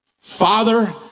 Father